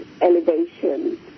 elevation